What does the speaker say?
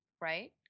right